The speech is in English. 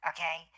Okay